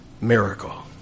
miracle